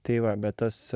tai va bet tas